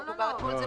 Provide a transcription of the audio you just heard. לא דובר על זה אתמול.